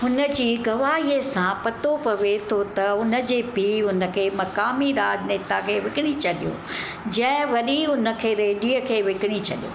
हुनजी गवाहीअ सां पतो पवे थो त हुनजे पीउ हुनखे मुकामी राजनेता खे विकणी छडि॒यो जंहिं वरी हुनखे रेड्डीअ खे विकणी छडि॒यो